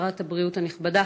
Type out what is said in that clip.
שרת הבריאות הנכבדה,